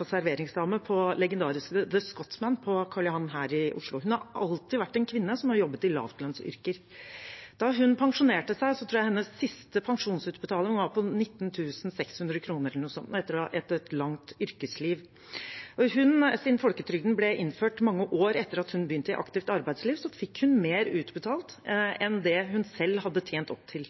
– serveringsdame på legendariske The Scotsman på Karl Johan her i Oslo. Hun har alltid vært en kvinne som har jobbet i lavlønnsyrker. Da hun pensjonerte seg, tror jeg hennes siste utbetaling var på 19 600 kr eller noe sånt etter et langt yrkesliv. Siden folketrygden ble innført mange år etter at hun begynte i aktivt arbeidsliv, fikk hun mer utbetalt enn det hun selv hadde tjent opp til.